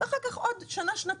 ואחר כך עוד שנה-שנתיים,